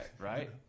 Right